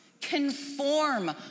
Conform